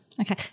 Okay